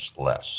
less